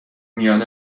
میان